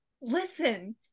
Listen